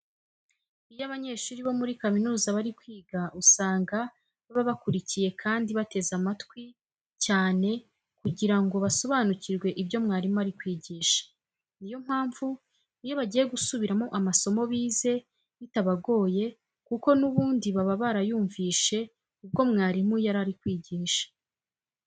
Iyo abanyeshuri bo muri kaminuza bari kwiga usanga baba bakurikiye kandi bateze amatwi cyane kugira ngo basobanukirwe ibyo umwarimu ari kwigisha. Ni yo mpamvu, iyo bagiye gusubiramo amasomo bize bitabagoye kuko n'ubundi baba barayumvishe ubwo mwarimu yari ari kwigisha.